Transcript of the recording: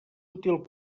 útil